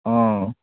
ꯑꯣ